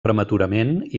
prematurament